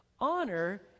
honor